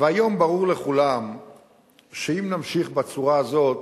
והיום ברור לכולם שאם נמשיך בצורה הזאת,